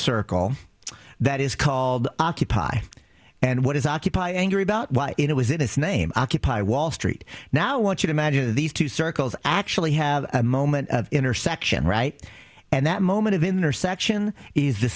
circle that is called occupy and what is occupy angry about why it was in its name occupy wall street now want you to imagine these two circles actually have a moment of intersection right and that moment of intersection is the